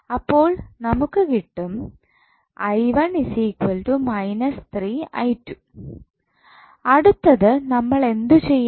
അപ്പോൾ നമുക്ക് കിട്ടും അടുത്തത് നമ്മളെന്തു ചെയ്യണം